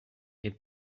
est